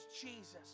Jesus